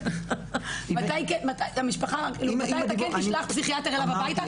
מתי אתה כן תשלח פסיכיאטר אליו הביתה?